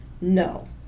no